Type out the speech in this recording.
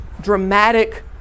dramatic